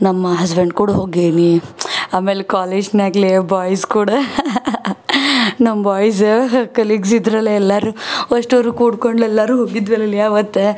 ನಮ್ಮ ಹಸ್ಬೆಂಡ್ ಕೂಡು ಹೋಗೇನಿ ಆಮೇಲೆ ಕಾಲೇಜಿನಾಗ್ಲೆ ಬಾಯ್ಸ್ ಕೂಡ ನಮ್ಮ ಬಾಯ್ಸ್ ಕಲೀಗ್ಸ್ ಇದ್ದರಲ್ಲ ಎಲ್ಲರು ಒಷ್ಟುರು ಕೂಡ್ಕೊಂಡು ಎಲ್ಲರು ಹೋಗಿದ್ವಲ್ಲಲೇ ಆವತ್ತು